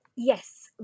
Yes